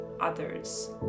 others